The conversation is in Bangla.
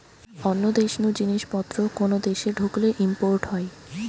অন্য দেশ নু জিনিস পত্র কোন দেশে ঢুকলে ইম্পোর্ট হয়